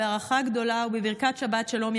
בהערכה גדולה ובברכת שבת שלום,